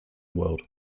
world